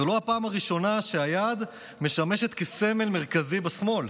זו לא הפעם הראשונה שהיד משמשת כסמל מרכזי בשמאל.